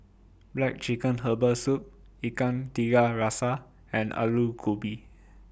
Black Chicken Herbal Soup Ikan Tiga Rasa and Aloo Gobi